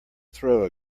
throw